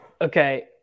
Okay